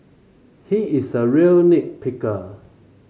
he is a real nit picker